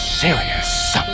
serious